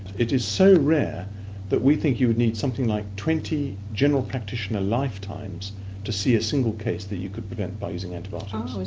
it is so rare that we think you would need something like twenty general practitioner lifetimes to see a single case that you could prevent by using antibiotics. um so